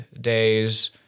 days